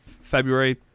February